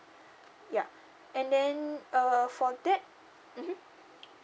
yup and then err for that mmhmm